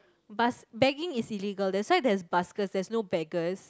bus~ begging is illegal that's why there's buskers there's no beggars